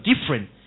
different